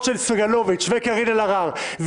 של סגלוביץ' וקארין אלהרר -- אתם חזרתם.